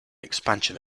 expansion